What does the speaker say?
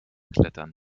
klettern